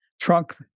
trunk